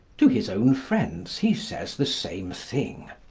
to his own friends he says the same thing.